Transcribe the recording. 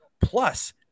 Plus